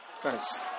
Thanks